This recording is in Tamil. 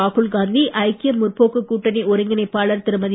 ராகுல் காந்தி ஐக்கிய முற்போக்கு கூட்டணி ஒருங்கிணைப்பாளர் திருமதி